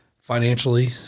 financially